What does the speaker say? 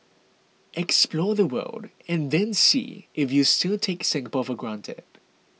explore the world and then see if you still take Singapore for granted